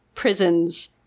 Prisons